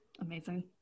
Amazing